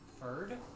Furred